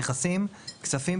"נכסים" - כספים,